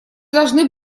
должны